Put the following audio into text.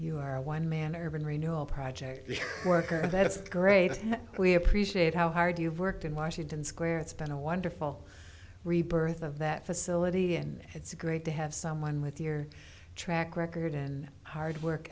a one man urban renewal project worker that's great we appreciate how hard you've worked in washington square it's been a wonderful rebirth of that facility and it's great to have someone with your track record in hard work